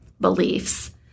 beliefs